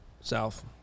South